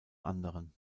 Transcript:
anderen